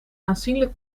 aanzienlijk